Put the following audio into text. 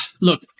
look